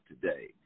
today